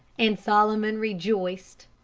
and solomon rejoiced.